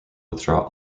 withdraw